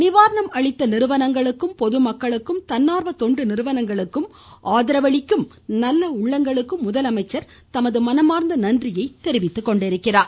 நிவாரணம் அளித்த நிறுவனங்களுக்கும் பொதுமக்களுக்கும் தன்னார்வ தொண்டு நிறுவனங்களுக்கும் ஆதரவளிக்கும் நல்ல உள்ளங்களுக்கும் முதலமைச்சர் தமது மனமார்ந்த நன்றியை தெரிவித்துக் கொண்டிருக்கிறார்